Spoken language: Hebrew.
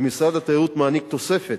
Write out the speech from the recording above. ומשרד התיירות מעניק תוספת,